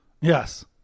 yes